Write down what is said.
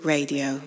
Radio